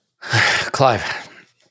Clive